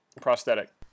prosthetic